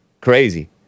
Crazy